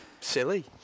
silly